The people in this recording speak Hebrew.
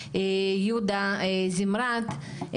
המשפטי יהודה זמרת,